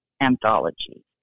anthology